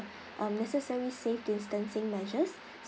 um necessary safe distancing measures